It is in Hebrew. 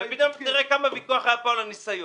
ופתאום תראה כמה ויכוח היה פה על הניסיון.